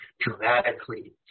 dramatically